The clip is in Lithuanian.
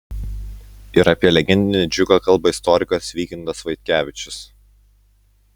ir apie legendinį džiugą kalba istorikas vykintas vaitkevičius